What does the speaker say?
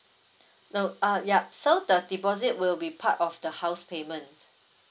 no err yup so the deposit will be part of the house payment